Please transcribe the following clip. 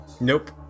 Nope